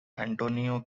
antonio